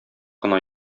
кына